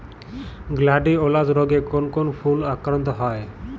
Gladiolus রোগে কোন কোন ফুল আক্রান্ত হয়?